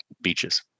Beaches